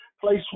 place